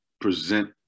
present